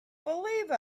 believe